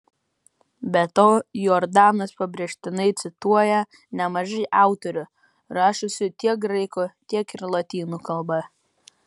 be to jordanas pabrėžtinai cituoja nemažai autorių rašiusių tiek graikų tiek ir lotynų kalba